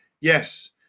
yes